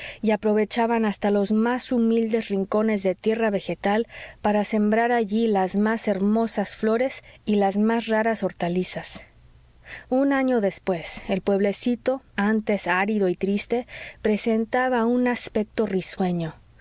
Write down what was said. y aprovechaban hasta los más humildes rincones de tierra vegetal para sembrar allí las más hermosas flores y las más raras hortalizas un año después el pueblecito antes árido y triste presentaba un aspecto risueño